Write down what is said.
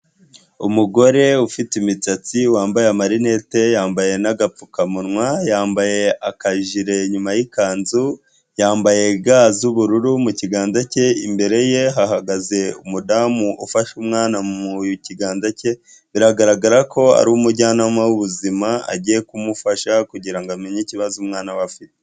Umugore ufite imisatsi wambaye amarinete yambaye n'agapfukamunwa, yambaye akajire inyuma y'ikanzu yambaye ga y'ubururu mukiganza cye, imbere ye hahagaze umudamu ufashe umwana mu kiganza cye, biragaragara ko ari umujyanama w'ubuzima agiye kumufasha kugira ngo amenye ikibazo umwana we afite.